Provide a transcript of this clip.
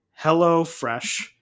HelloFresh